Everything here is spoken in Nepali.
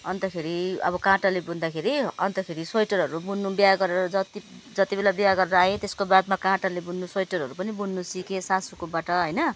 अन्तखेरि अब काँटाले बुन्दाखेरि अन्तखेरि स्वेटरहरू बुन्नु बिहा गरेर जति जति बेला बिहा गरेर आएँ त्यसको बादमा काँटाले बुन्नु स्वेटरहरू पनि बुन्नु सिकेँ सासूकोबाट होइन